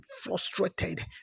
frustrated